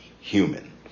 human